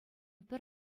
пӗр